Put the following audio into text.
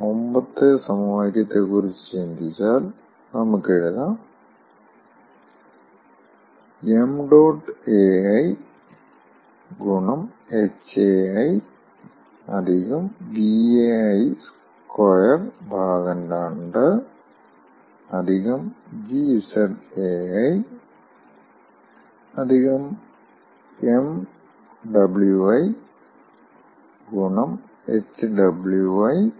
മുമ്പത്തെ സമവാക്യത്തെക്കുറിച്ച് ചിന്തിച്ചാൽ നമുക്ക് എഴുതാം m ̇ai hai Vai22 gZai m ̇wi hwi Vw22 gZwi Q̇ Ẇ m ̇ae hae Vae22 gZae m ̇we hwe Vwe22 gZwe